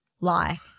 lie